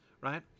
right